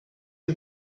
you